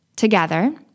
together